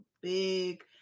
big